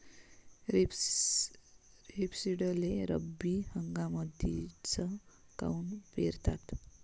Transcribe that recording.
रेपसीडले रब्बी हंगामामंदीच काऊन पेरतात?